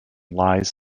lies